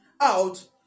out